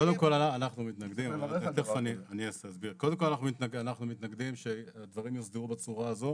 קודם כל, אנחנו מתנגדים שהדברים יוסדרו בצורה הזו